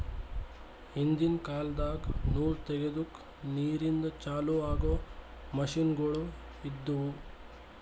ಹಿಂದಿನ್ ಕಾಲದಾಗ ನೂಲ್ ತೆಗೆದುಕ್ ನೀರಿಂದ ಚಾಲು ಆಗೊ ಮಷಿನ್ಗೋಳು ಇದ್ದುವು